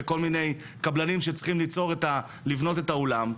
וכל מיני קבלנים שצריכים לבנות את האולם.